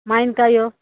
ಮಾವಿನ ಕಾಯೋ